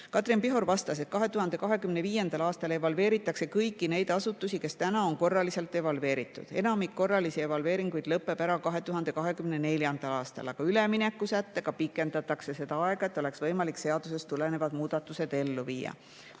Katrin Pihor vastas, et 2025. aastal evalveeritakse kõiki neid asutusi, kes täna on korraliselt evalveeritud. Enamik korralisi evalveeringuid lõpeb ära 2024. aastal, aga üleminekusättega pikendatakse seda aega, et oleks võimalik seadusest tulenevad muudatused ellu viia.